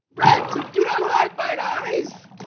ransom! do not hide mine eyes.